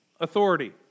authority